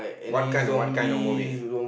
what kind what kind of movie